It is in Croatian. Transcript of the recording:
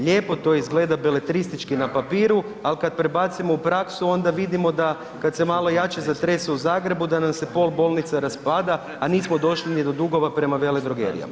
Lijepo to izgleda beletristički na papiru, ali kada prebacimo u praksu onda vidimo da kada se malo jače zatrese u Zagrebu da nam se pol bolnice raspada, a nismo došli ni do dugova prema veledrogerijama.